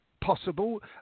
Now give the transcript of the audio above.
possible